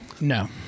No